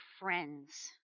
friends